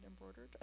embroidered